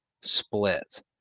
split